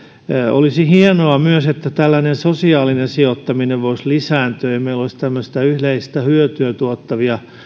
olisi hienoa myös että sosiaalinen sijoittaminen voisi lisääntyä ja meillä olisi yleistä hyötyä tuottavia